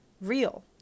real